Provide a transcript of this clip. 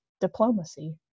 diplomacy